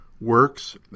works